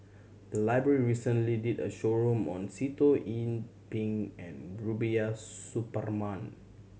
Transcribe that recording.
the library recently did a show road on Sitoh Yih Pin and Rubiah Suparman